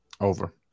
over